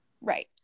Right